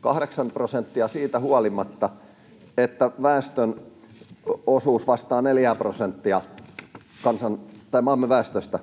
kahdeksan prosenttia siitä huolimatta, että väestön osuus vastaa neljää prosenttia maamme väestöstä.